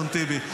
אדון טיבי.